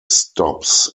stops